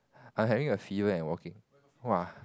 I having a fever and working !wah!